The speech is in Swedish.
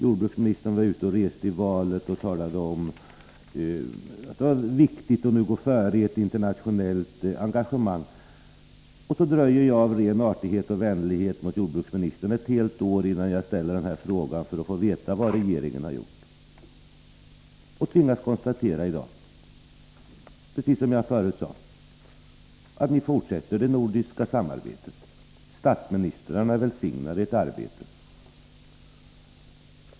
Jordbruksministern var ute och reste inför valet och talade om Nr 44 att det var viktigt att gå före i ett internationellt engagemang. Och så dröjer Måndagen den jag, av ren artighet och vänlighet mot jordbruksministern, ett helt år innan — 12 december 1983 jag framställer denna interpellation för att få veta vad regeringen har gjort. Jag tvingas i dag konstatera, precis som jag sade förut, att ni fortsätter det Om åtgärder mot nordiska samarbetet. Statsministrarna välsignar ert arbete.